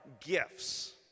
gifts